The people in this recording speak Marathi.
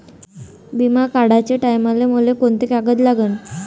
बिमा काढाचे टायमाले मले कोंते कागद लागन?